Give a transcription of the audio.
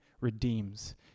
redeems